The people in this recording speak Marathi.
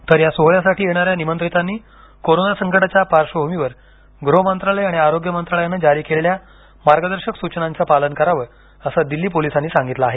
तर या सोहोळ्यासाठी येणाऱ्या निमंत्रितांनी कोरोना संकटाच्या पार्श्वभूमीवर गृह मंत्रालय आणि आरोग्य मंत्रालयानं जारी केलेल्या मार्गदर्शक सुचनांचं पालन करावं असं दिल्ली पोलिसांनी सांगितलं आहे